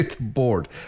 Bored